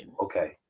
Okay